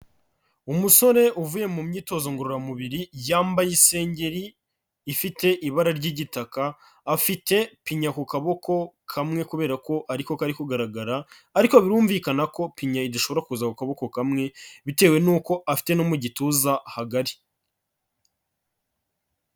Umusore uvuye mu myitozo ngororamubiri yambaye isengeri ifite ibara ry'igitaka, afite pinya ku kaboko kamwe kubera ko ari ko kari kugaragara ariko birumvikana ko pinya idashobora kuza mu kuboko kamwe, bitewe n'uko afite no mu gituza hagari.